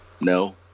no